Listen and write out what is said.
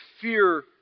fear